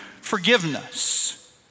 forgiveness